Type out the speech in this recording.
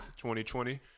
2020